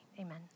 Amen